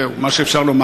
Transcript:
זהו, מה שאפשר לומר.